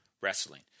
wrestling